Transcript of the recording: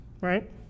right